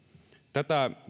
tätä